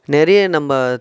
நிறைய நம்ம